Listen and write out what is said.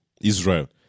Israel